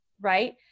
right